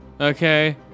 Okay